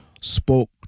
spoke